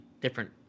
different